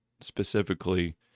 specifically